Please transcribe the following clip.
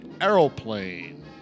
Aeroplane